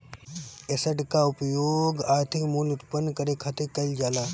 asset कअ उपयोग आर्थिक मूल्य उत्पन्न करे खातिर कईल जाला